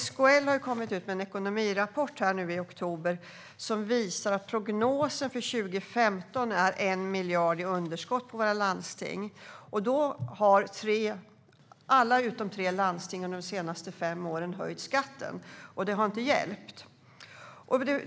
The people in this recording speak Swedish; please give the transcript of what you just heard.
SKL kom i oktober ut med en ekonomirapport som visar att prognosen för 2015 är 1 miljard i underskott för våra landsting. Då har ändå alla utom tre landsting under de senaste fem åren höjt skatten, och det har inte hjälpt.